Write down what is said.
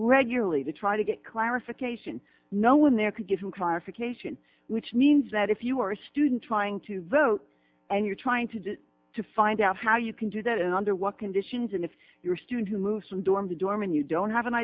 regularly to try to get clarification know when there could give you cry or for cation which means that if you are a student trying to vote and you're trying to do to find out how you can do that and under what conditions and if you're a student who moves from dorm to dorm and you don't have an